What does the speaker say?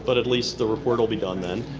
but at least the report will be done then.